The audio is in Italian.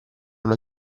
una